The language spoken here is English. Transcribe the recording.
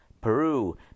Peru